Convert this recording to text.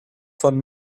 von